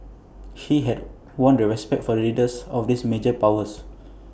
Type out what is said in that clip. he had won the respect for leaders of these major powers